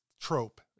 trope